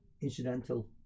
incidental